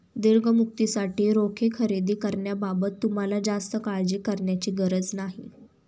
दीर्घ मुदतीसाठी रोखे खरेदी करण्याबाबत तुम्हाला जास्त काळजी करण्याची गरज नाही